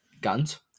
Guns